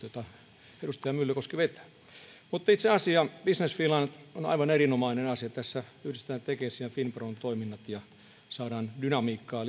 jota edustaja myllykoski vetää mutta itse asiaan business finland on aivan erinomainen asia tässä yhdistetään tekesin ja finpron toiminnat ja saadaan lisää dynamiikkaa